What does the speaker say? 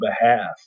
behalf